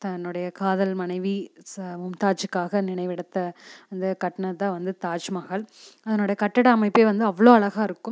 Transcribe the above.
தன்னுடைய காதல் மனைவி ச மும்தாஜ்க்காக நினைவிடத்தை அந்த கட்டுனது தான் வந்து தாஜ்மஹால் அதனுடைய கட்டட அமைப்பே வந்து அவ்வளோ அழகாக இருக்கும்